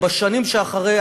בשנים שאחרי,